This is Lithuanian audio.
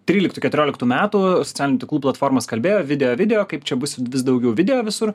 tryliktų keturioliktų metų socialinių tinklų platformos kalbėjo video video kaip čia bus vis daugiau video visur